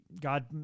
God